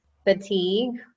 fatigue